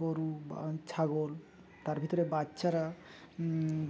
গরু বা ছাগল তার ভিতরে বাচ্চারা